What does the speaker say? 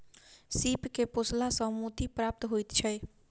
सीप के पोसला सॅ मोती प्राप्त होइत छै